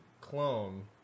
clone